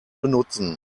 benutzen